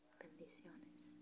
bendiciones